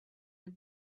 the